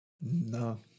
No